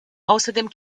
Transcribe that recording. außerdem